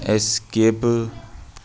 skip